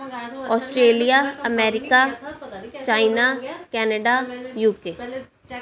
Australia America China Canada UK